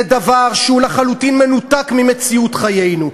זה דבר שהוא לחלוטין מנותק ממציאות חיינו.